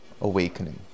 awakening